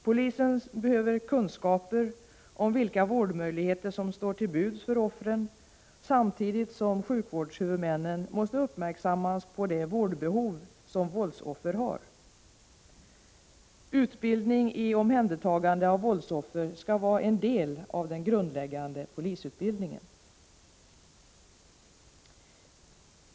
Polisen behöver kunskaper om vilka vårdmöjligheter som står till buds för offren, samtidigt som sjukvårdshuvudmännen måste uppmärksammas på det vårdbehov som våldsoffer har. Utbildning i omhändertagande av våldsoffer skall vara en del av den grundläggande polisutbildningen.